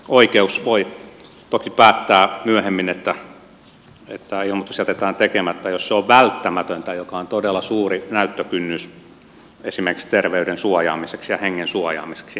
oikeus voi toki päättää myöhemmin että ilmoitus jätetään tekemättä jos se on välttämätöntä joka on todella suuri näyttökynnys esimerkiksi terveyden suojaamiseksi ja hengen suojaamiseksi